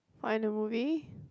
find the movie